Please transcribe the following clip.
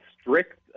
strict